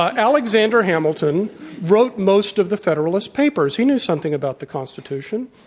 ah alexan der hamilton wrote most of the federalist p apers. he knew something about the institution.